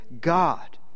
God